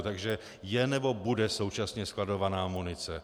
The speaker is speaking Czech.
Takže je nebo bude současně skladována munice.